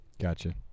gotcha